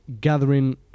gathering